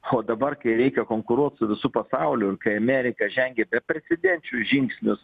o dabar kai reikia konkuruot su visu pasauliu ir kai amerika žengia beprecedenčius žingsnius